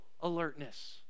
alertness